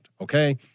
okay